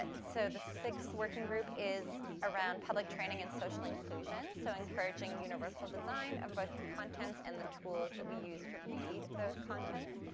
and so, the sixth working group is around public training and social inclusion. so, encouraging universal design of both the contents and the tools that we use to read those contents.